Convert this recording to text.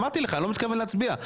אמרתי לך, אני לא מתכוון להצביע.